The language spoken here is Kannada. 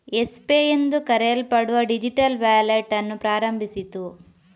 ಯೆಸ್ ಪೇ ಎಂದು ಕರೆಯಲ್ಪಡುವ ಡಿಜಿಟಲ್ ವ್ಯಾಲೆಟ್ ಅನ್ನು ಪ್ರಾರಂಭಿಸಿತು